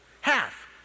Half